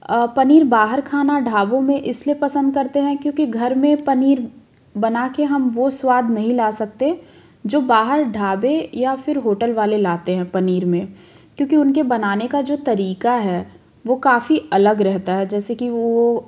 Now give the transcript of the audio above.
पनीर बाहर खाना ढाबों में इसलिए पसंद करते हैं क्योंकि घर में पनीर बना के हम वो स्वाद नहीं ला सकते जो बाहर ढाबे या फिर होटल वाले लाते हैं पनीर में क्योंकि उनके बनाने का जो तरीका है वो काफ़ी अलग रहता है जैसे कि वो